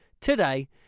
today